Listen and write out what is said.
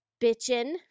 bitchin